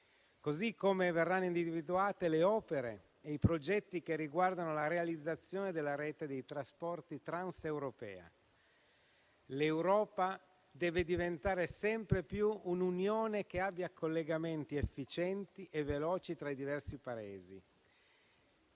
Così come verranno individuate le opere e i progetti che riguardano la realizzazione della rete dei trasporti transeuropea. L'Europa deve diventare sempre più un'Unione che abbia collegamenti efficienti e veloci tra i diversi Paesi